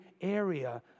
area